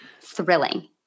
thrilling